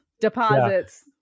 Deposits